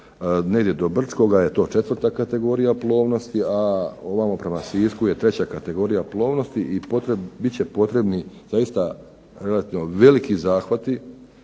negdje do Brčkoga je to 4. kategorija plovnosti, a ovamo prema Sisku je 3. kategorija plovnosti i biti će potrebni zaista relativno